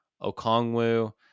O'Kongwu